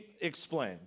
explain